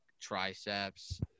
triceps